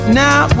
now